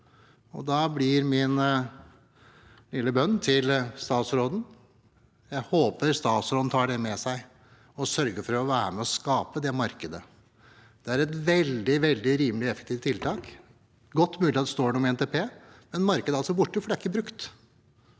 Da blir min lille bønn til statsråden at jeg håper at han tar det med seg og sørger for å være med og skape det markedet. Det er et veldig rimelig og effektivt tiltak. Det er godt mulig at det står noe om det i NTP, men markedet er altså borte, for